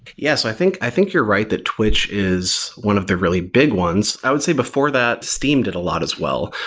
yes. i think i think you're right that twitch is one of the really big ones. i would say before that, steam did a lot as well.